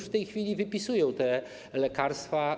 W tej chwili przepisują te lekarstwa.